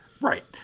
Right